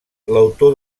l’autor